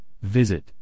Visit